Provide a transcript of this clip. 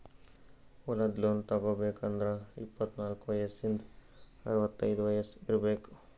ಹೊಲದ್ ಲೋನ್ ತಗೋಬೇಕ್ ಅಂದ್ರ ಇಪ್ಪತ್ನಾಲ್ಕ್ ವಯಸ್ಸಿಂದ್ ಅರವತೈದ್ ವಯಸ್ಸ್ ಇರ್ಬೆಕ್